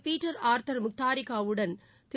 Peter Arthur Mutharika வுடன் திரு